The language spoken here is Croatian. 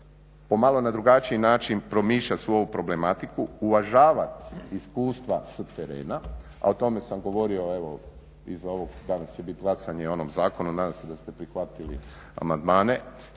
po malo na drugačiji način promišljati svoju problematiku, uvažavati iskustva s terena a o tome sam govorio evo i za ovog danas će biti glasanje o onom zakonu, nadam se da ste prihvatili amandmane